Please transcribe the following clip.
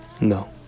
No